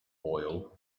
oil